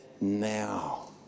now